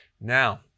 Now